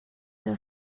der